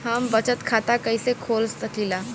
हम बचत खाता कईसे खोल सकिला?